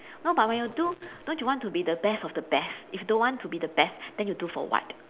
no but when you do don't you want to be the best of the best if don't want to be the best then you do for what